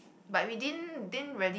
but we didn't didn't really